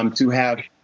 um to have